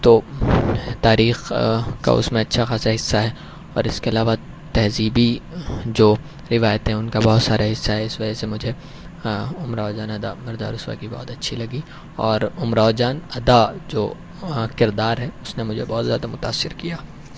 تو تاریخ کا اس میں اچھا خاصہ حصہ ہے اور اس کے علاوہ تہذیبی جو روایتیں ہیں ان کا بہت سارا حصہ ہے اس وجہ سے مجھے امراؤ جان ادا مرزا رسوا کی بہت اچھی لگی اور امراؤ جان ادا جو کردار ہے اس نے مجھے بہت زیادہ متأثر کیا